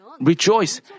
rejoice